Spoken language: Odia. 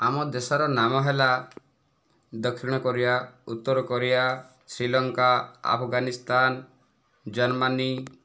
ଆମ ଦେଶର ନାମ ହେଲା ଦକ୍ଷିଣ କୋରିଆ ଉତ୍ତର କୋରିଆ ଶ୍ରୀଲଙ୍କା ଆଫଗାନିସ୍ତାନ ଜର୍ମାନୀ